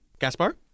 Gaspar